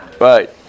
Right